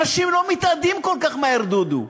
אנשים לא מתאדים כל כך מהר, דודו.